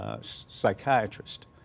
Psychiatrist